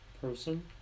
person